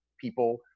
people